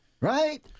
Right